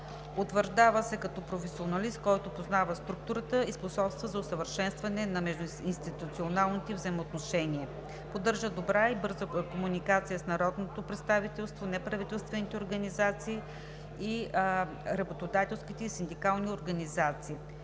Утвърждава се като професионалист, който познава структурата и способства за усъвършенстване на междуинституционалните взаимоотношения. Поддържа добра и бърза комуникация с народното представителство, неправителствените организации, работодателските и синдикалните организации.